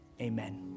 amen